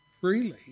freely